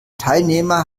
teilnehmer